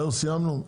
זהו, סיימנו?